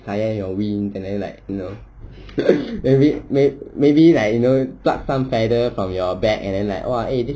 sayang your wings and then like you know maybe may maybe like you know pluck some feather from your back and then like oh eh this